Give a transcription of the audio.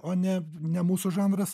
o ne ne mūsų žanras